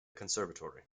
conservatory